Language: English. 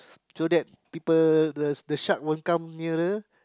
so that people the sharks won't come nearer